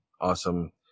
awesome